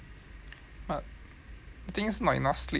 but I think is not enough sleep ah